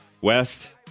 West